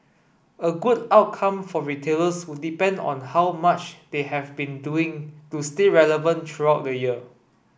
a good outcome for retailers would depend on how much they have been doing to stay relevant throughout the year